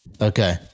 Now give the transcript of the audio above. Okay